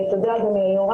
תודה, אדוני היושב-ראש.